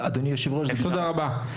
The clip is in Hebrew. תודה רבה.